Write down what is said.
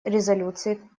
резолюции